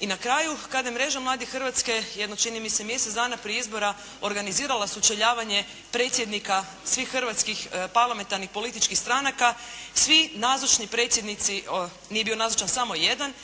I na kraju kad je Mreža mladih Hrvatske jedno čini mi se mjesec dana prije izbora organizirala sučeljavanje predsjednika svih hrvatskih parlamentarnih, političkih stranaka, svi nazočni predsjednici, nije bio nazočan samo jedan,